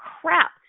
crap